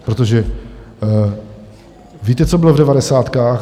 Protože víte, co bylo v devadesátkách?